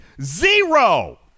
zero